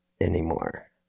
anymore